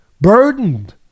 burdened